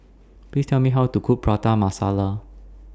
Please Tell Me How to Cook Prata Masala